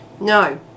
no